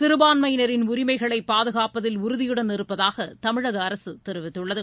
சிறுபான்மையினரின் உரிமைகளை பாதுகாப்பதில் உறுதியுடன் இருப்பதாக தமிழக அரசு தெரிவித்த்ளளது